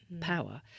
power